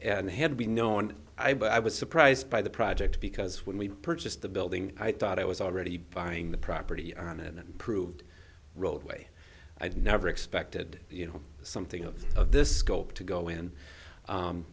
and had we known i but i was surprised by the project because when we purchased the building i thought i was already buying the property on it and that proved roadway i'd never expected you know something of this scope to go in